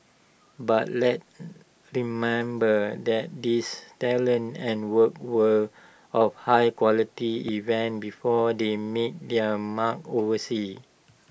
but let's remember that these talents and work were of high quality even before they made their mark overseas